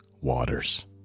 waters